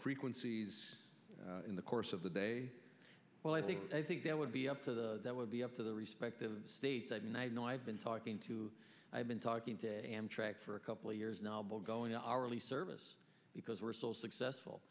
frequencies in the course of the day well i think i think that would be up to that would be up to the respective states that night know i've been talking to i've been talking to a amtrak for a couple of years now bill going hourly service because we're so successful